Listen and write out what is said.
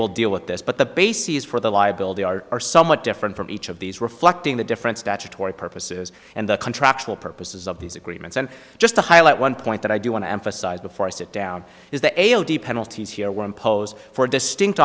will deal with this but the bases for the liability are are somewhat different from each of these reflecting the different statutory purposes and the contractual purposes of these agreements and just to highlight one point that i do want to emphasize before i sit down is the ail the penalties here were imposed for a distinct